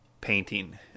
painting